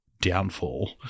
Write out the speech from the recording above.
downfall